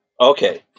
okay